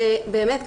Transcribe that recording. ובאמת,